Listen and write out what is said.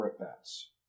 at-bats